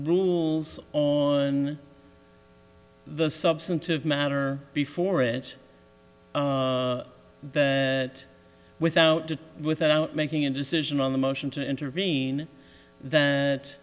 rules on the substantive matter before it it without without making a decision on the motion to intervene that